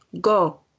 Go